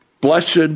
blessed